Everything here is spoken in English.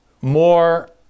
more